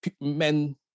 men